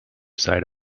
side